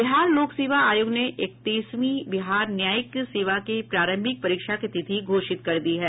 बिहार लोक सेवा आयोग ने इकतीसवीं बिहार न्यायिक सेवा के प्रारंभिक परीक्षा की तिथि घोषित कर दी है